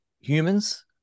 humans